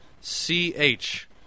C-H